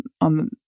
on